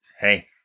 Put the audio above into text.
hey